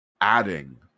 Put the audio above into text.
Adding